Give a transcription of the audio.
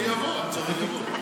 ותוסיף לי קצת?